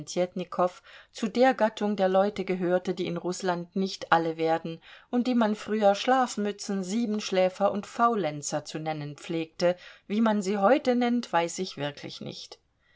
zu der gattung der leute gehörte die in rußland nicht alle werden und die man früher schlafmützen siebenschläfer und faulenzer zu nennen pflegte wie man sie heute nennt weiß ich wirklich nicht